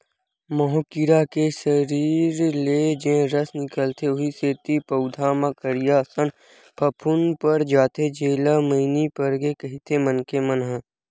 माहो कीरा के सरीर ले जेन रस निकलथे उहीं सेती पउधा म करिया असन फफूंद पर जाथे जेला मइनी परगे कहिथे मनखे मन ह